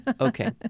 Okay